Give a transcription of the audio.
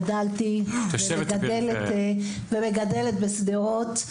גדלתי ומגדלת בשדרות,